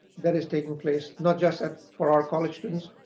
that is taking place not just ah for our college students,